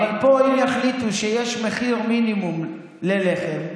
אבל פה, אם יחליטו שיש מחיר מינימום ללחם,